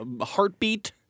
heartbeat